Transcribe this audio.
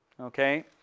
Okay